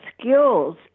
skills